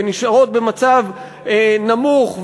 ונשארות במצב נמוך,